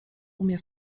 umie